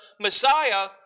Messiah